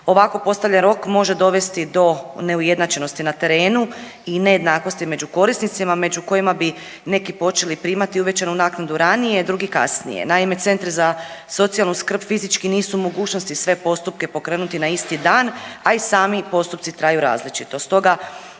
Ovako postavljen rok može dovesti do neujednačenosti na terenu i nejednakosti među korisnicima, među kojima bi neki počeli primati uvećanu naknadu ranije, drugi kasnije. Naime, centri za socijalnu skrb fizički nisu u mogućnosti sve postupke pokrenuti na isti dan, a i sami postupci traju različito,